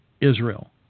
Israel